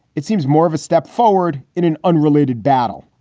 it seems more of a step forward in an unrelated battle.